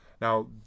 Now